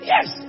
Yes